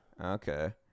Okay